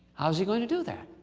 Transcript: how's he going to do that?